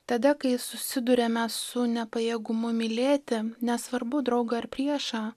tada kai susiduriame su nepajėgumu mylėti nesvarbu draugą ar priešą